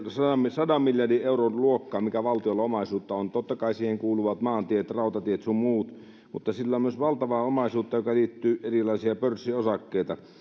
sadan miljardin euron luokkaa mikä valtiolla omaisuutta on totta kai siihen kuuluvat maantiet rautatiet sun muut mutta sillä on myös valtavaa omaisuutta joka liittyy erilaisiin pörssiosakkeisiin